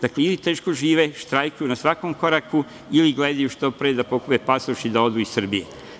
Dakle, ili teško žive, štrajkuju na svakom koraku ili gledaju što pre da pokupe pasoš i da odu iz Srbije.